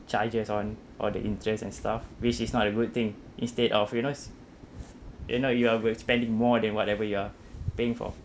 charges on or the interest and stuff which is not a good thing instead of you know you know you overspending more than whatever you are paying for